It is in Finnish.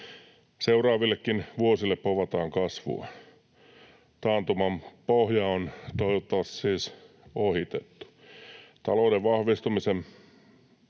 Seuraavillekin vuosille povataan kasvua. Taantuman pohja on toivottavasti siis ohitettu. Talouden vahvistumiseen